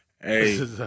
Hey